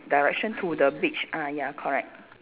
direction to the beach ah ya correct